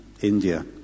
India